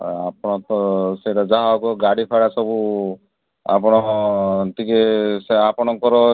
ଆପଣ ତ ସେଇଟା ଯାହା ହେବ ଗାଡ଼ି ଭଡ଼ା ସବୁ ଆପଣ ଟିକେ ଆପଣଙ୍କର